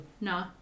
No